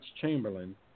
Chamberlain